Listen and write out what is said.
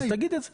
אז תגיד את זה.